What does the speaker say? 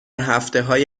هفتههای